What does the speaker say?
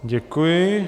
Děkuji.